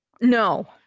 No